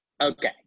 Okay